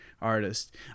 artist